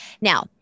Now